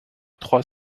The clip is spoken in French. trois